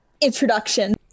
introduction